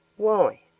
why?